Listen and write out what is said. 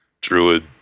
druid